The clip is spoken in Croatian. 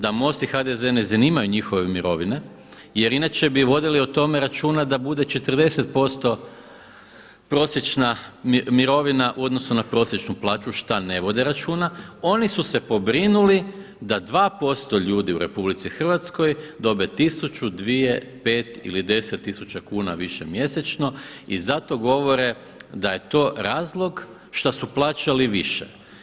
Da MOST i HDZ ne zanimaju njihove mirovine jer inače bi vodili o tome računa da bude 40% prosječna mirovina u odnosu na prosječnu plaću šta ne vode računa, oni su se pobrinuli da 2% ljudi u RH dobe 1000, 2000, 5000 ili 10 000 kuna više mjesečno i zato govore da je to razlog što su plaćali više.